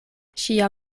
ŝia